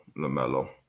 LaMelo